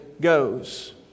goes